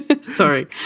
Sorry